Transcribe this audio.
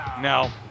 No